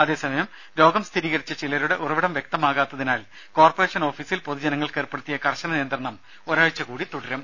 അതേസമയം രോഗംസ്ഥിരീകരിച്ച ചിലരുടെ ഉറവിടം വ്യക്തമാകാത്തിനാൽ കോർപ്പറേഷൻ ഓഫീസിൽ പൊതുജനങ്ങൾക്ക് ഏർപ്പെടുത്തിയ കർശന നിയന്ത്രണം ഒരാഴ്ച കൂടി തുടരും